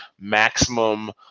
maximum